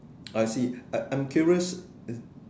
I see I'm I'm curious